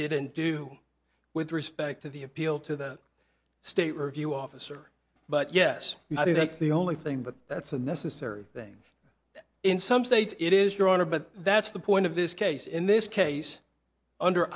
didn't do with respect to the appeal to the state review officer but yes i think that's the only thing but that's a necessary thing in some states it is your honor but that's the point of this case in this case under